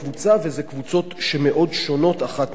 ואלה קבוצות שמאוד שונות אחת מהשנייה.